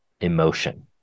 emotion